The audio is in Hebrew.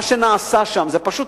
מה שנעשה שם, פשוט